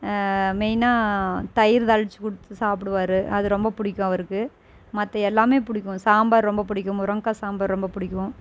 மெயினாக தயிர் தாளித்து கொடுத்து சாப்பிடுவாரு அது ரொம்ப பிடிக்கும் அவருக்கு மற்ற எல்லாமே பிடிக்கும் சாம்பார் ரொம்ப பிடிக்கும் முருங்கக்காய் சாம்பார் ரொம்ப பிடிக்கும்